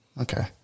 okay